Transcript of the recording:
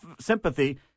sympathy